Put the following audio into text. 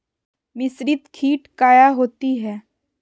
मिसरीत खित काया होती है?